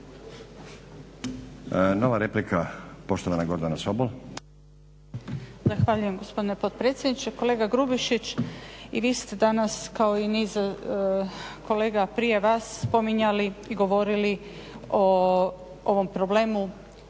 Nova replika poštovana Gordana Sobol.